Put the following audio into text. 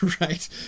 right